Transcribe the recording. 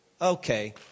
Okay